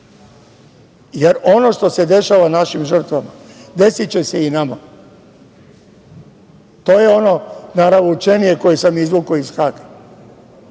Ono što se dešava našim žrtvama, desiće se i nama. To je ono naravoučenije koje sam izvukao iz Haga,